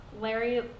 Larry